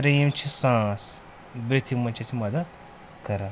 ترٛیِم چھِ سانٛس بِرٛتھِنگ منٛز چھِ اَسہِ مدد کران